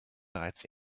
bereits